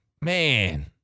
man